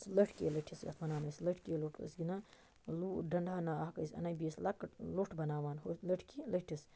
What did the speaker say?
لٔٹھکی لٔٹھِس یَتھ ونان أسۍ لٔٹھکی لوٚٹھ ٲسۍ گِنٛدان لوٗ ڈَنڈٕ ہنا اکھ ٲسۍ اَنان بیٚیہِ ٲسۍ لۄکٹ لوٚٹھ بَناوان ہوٚتھ لٔٹھکی لٔٹھِس